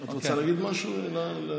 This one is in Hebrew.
את רוצה להגיד משהו, אולי?